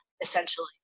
essentially